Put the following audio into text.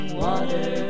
water